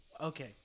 Okay